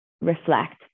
reflect